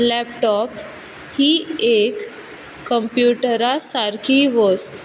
laptop ही एक कोमप्युटरा सारखी वस्त